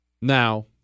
Now